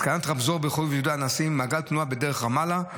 התקנת רמזור ברחוב יהודה הנשיא ומעגל תנועה בדרך רמאללה,